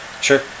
Sure